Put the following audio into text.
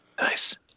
nice